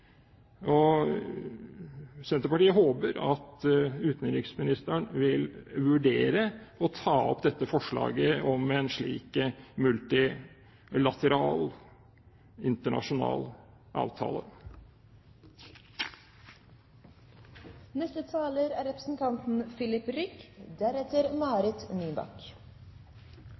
Senterpartiet håper at utenriksministeren vil vurdere å ta opp forslaget om en slik multilateral internasjonal avtale. Arbeidet for å redusere trusselen fra atomvåpen er